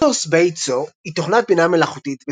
ד"ר סבייטסו היא תוכנת בינה מלאכותית